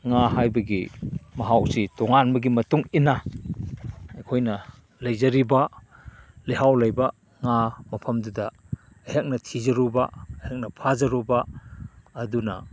ꯉꯥ ꯍꯥꯏꯕꯒꯤ ꯃꯍꯥꯎꯁꯤ ꯇꯣꯡꯉꯥꯟꯕꯒꯤ ꯃꯇꯨꯡ ꯏꯟꯅ ꯑꯩꯈꯣꯏꯅ ꯂꯩꯖꯔꯤꯕ ꯂꯩꯍꯥꯎ ꯂꯩꯕ ꯉꯥ ꯃꯐꯝꯗꯨꯗ ꯑꯩꯍꯥꯛꯅ ꯊꯤꯖꯔꯨꯕ ꯅꯪꯅ ꯐꯥꯖꯔꯨꯕ ꯑꯗꯨꯅ